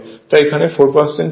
তাই এখানে 4 হবে